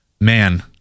man